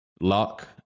luck